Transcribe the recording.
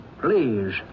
Please